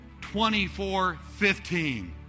2415